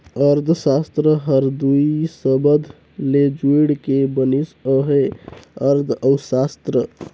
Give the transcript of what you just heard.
अर्थसास्त्र हर दुई सबद ले जुइड़ के बनिस अहे अर्थ अउ सास्त्र